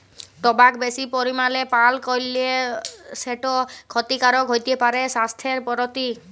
টবাক বেশি পরিমালে পাল করলে সেট খ্যতিকারক হ্যতে পারে স্বাইসথের পরতি